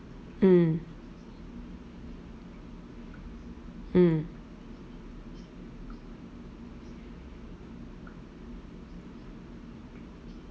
mm mm